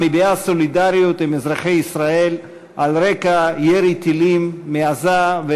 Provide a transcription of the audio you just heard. המביעה סולידריות עם אזרחי ישראל על רקע ירי טילים מעזה,